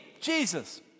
Jesus